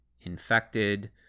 infected